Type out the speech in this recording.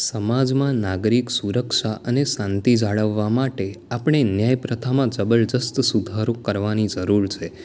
સમાજમાં નાગરિક સુરક્ષા અને શાંતિ જાળવવા માટે આપણે ન્યાય પ્રથામાં જબરજસ્ત સુધારો કરવાની જરૂર છે